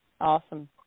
Awesome